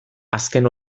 azken